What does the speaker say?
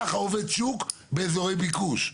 ככה עובד שוק באזורי ביקוש.